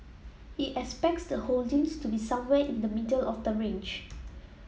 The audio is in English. he expects the holdings to be somewhere in the middle of the range